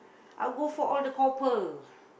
I'll go for all the copper